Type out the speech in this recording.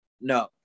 no